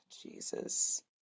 jesus